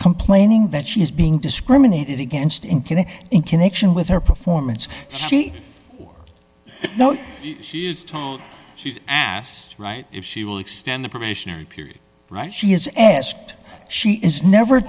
complaining that she is being discriminated against in killing in connection with her performance she know she is tall she's asked right if she will extend the probationary period right she is asked she is never